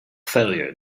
failure